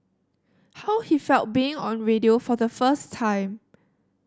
how he felt being on radio for the first time